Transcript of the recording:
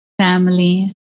family